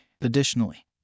Additionally